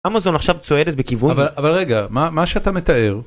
אמאזון עכשיו צועדת בכיוון- אבל, אבל רגע, מה, מה שאתה מתאר